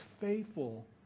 faithful